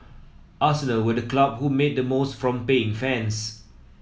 arsenal were the club who made the most from paying fans